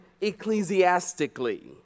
ecclesiastically